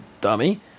dummy